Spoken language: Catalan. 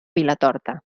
vilatorta